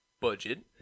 budget